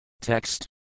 Text